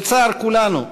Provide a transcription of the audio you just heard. לצער כולנו,